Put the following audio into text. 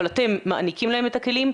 אבל אתם מעניקים להם את הכלים,